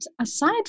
aside